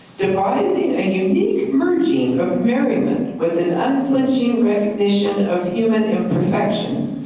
divising a unique merging of merriment with an unflinching recognition of human imperfection.